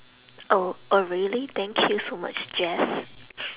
oh oh really thank you so much jace